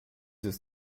ist